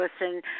listen